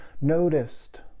noticed